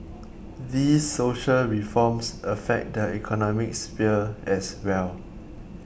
these social reforms affect the economic sphere as well